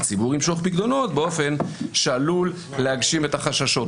והציבור ימשוך פקדונות באופן שעלול להגשים את החששות.